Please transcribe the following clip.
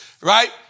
right